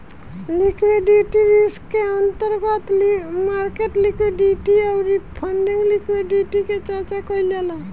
liquidity risk के अंतर्गत market liquidity अउरी फंडिंग लिक्विडिटी के चर्चा कईल जाला